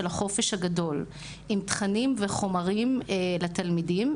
החופש הגדול עם תכנים וחומרים לתלמידים.